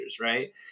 right